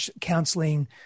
counseling